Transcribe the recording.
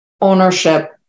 ownership